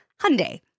Hyundai